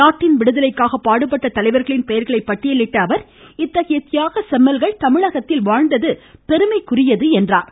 நாட்டின் விடுதலைக்காக பாடுபட்ட தலைவர்களின் பெயர்களை பட்டியலிட்ட அவர் இத்தகைய தியாக செம்மல்கள் தமிழகத்தில் வாழ்ந்தது பெருமைக்குரியது என்றார்